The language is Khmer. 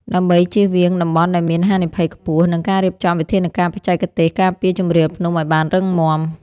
ដើម្បីជៀសវាងតំបន់ដែលមានហានិភ័យខ្ពស់ និងការរៀបចំវិធានការបច្ចេកទេសការពារជម្រាលភ្នំឱ្យបានរឹងមាំ។